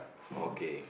okay